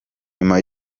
nyuma